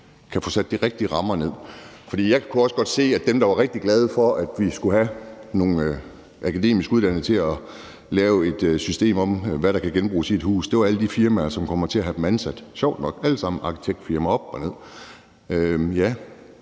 kan få sat de rigtige rammer ned over det. For jeg kunne også godt se, at dem, der var rigtig glade for, at vi skulle have nogle akademisk uddannede til at lave et system for, hvad der kan genbruges i et hus, var alle de firmaer, som kommer til at have dem ansat, og det var sjovt nok alle sammen arkitektfirmaer. Det har